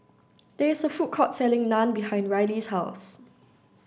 there is a food court selling Naan behind Ryley's house